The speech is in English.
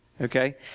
Okay